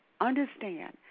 understand